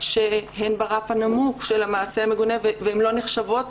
שהן ברף הנמוך של המעשה המגונה והן לא נחשבות